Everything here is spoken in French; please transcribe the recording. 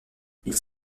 ils